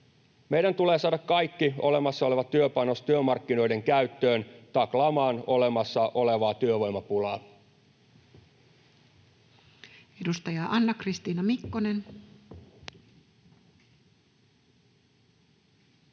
Meidän tulee saada kaikki olemassa oleva työpanos työmarkkinoiden käyttöön taklaamaan olemassa olevaa työvoimapulaa. Edustaja Anna-Kristiina Mikkonen.